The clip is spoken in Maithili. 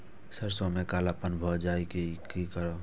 सरसों में कालापन भाय जाय इ कि करब?